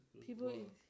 people